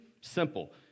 simple